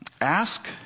Ask